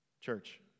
Church